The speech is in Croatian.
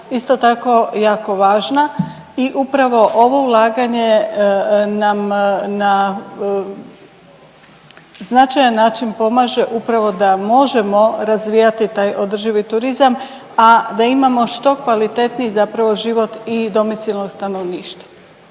isto tako jako važna i upravo ovo ulaganje nam na značajan način pomaže upravo da možemo razvijati taj održivi turizam, a da imamo što kvalitetniji zapravo život i domicilnog stanovništva.